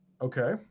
okay